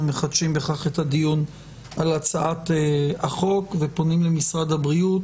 1 אושר אנחנו מחדשים בכך את הדיון על הצעת החוק ופונים למשרד הבריאות,